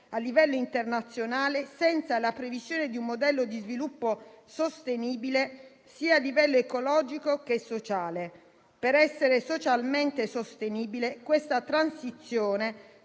a livello internazionale senza la previsione di un modello di sviluppo sostenibile sia a livello ecologico che sociale. Per essere socialmente sostenibile questa transizione